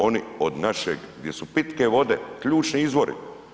Oni od našeg gdje su pitke vode, ključni izvori.